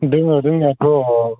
दङ दंनायाथ'